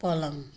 पलङ